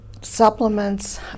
supplements